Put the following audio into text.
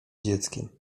dzieckiem